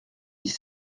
dix